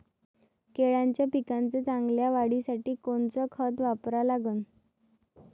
केळाच्या पिकाच्या चांगल्या वाढीसाठी कोनचं खत वापरा लागन?